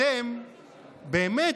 אתם, באמת,